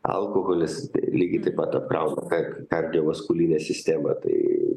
alkoholis lygiai taip pat apkrauna kak kardiovaskulinę sistemą tai